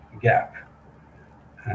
gap